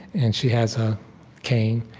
and she has a cane.